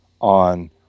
on